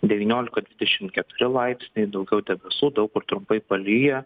devyniolika dvidešimt keturi laipsniai daugiau debesų daug kur trumpai palyja